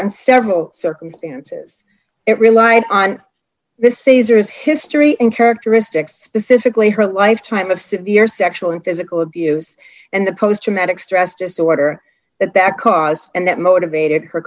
on several circumstances it relied on this is or is history in characteristics specifically her lifetime of severe sexual and physical abuse and the post traumatic stress disorder that that caused and that motivated her